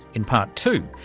in part two,